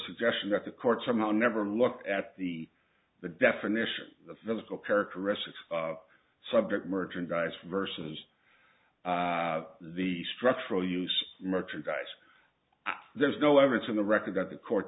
suggestion that the court somehow never looked at the the definition the physical characteristics of subject merchandise versus the structural use merchandise there's no evidence in the record that the court